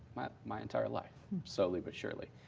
my entire life. slowly but surely.